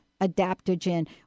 adaptogen